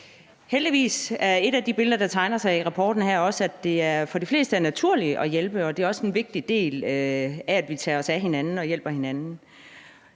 Heldigvis er et af de billeder, der tegner sig i rapporten, at det for de fleste også er naturligt at hjælpe, og det er også en vigtig del af det, at vi tager os af hinanden, og at vi hjælper hinanden.